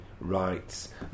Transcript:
rights